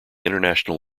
international